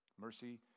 Mercy